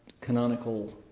canonical